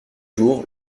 jours